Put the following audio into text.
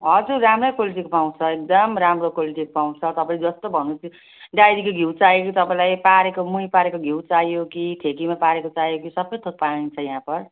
हजुर राम्रै क्वालिटीको पाउँछ एकदम राम्रो क्वालिटी पाउँछ तपाईँ जस्तो भन्नु होस् डायरीको घिउ चाहियो कि तपाईँलाई पारेको मही पारेको घिउ चाहियो कि ठेकीमा पारेको चाहियो कि सबै थोक पाइन्छ यहाँ पर